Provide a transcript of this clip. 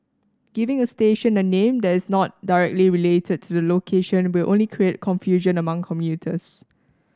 giving a station a name that is not directly related to the location will only create confusion among commuters